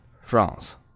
France